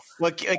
look